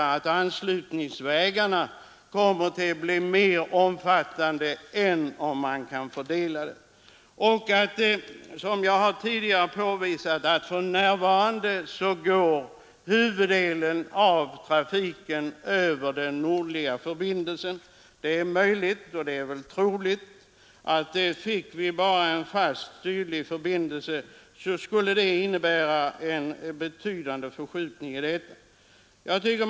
Anslutningsvägarna kommer då att bli mera omfattande än om man kan fördela trafiken. Som jag tidigare har påvisat går för närvarande huvuddelen av trafiken över den nordliga förbindelsen. Det är möjligt och även troligt att en fast sydlig förbindelse skulle innebära en betydande förskjutning i detta förhållande.